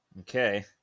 okay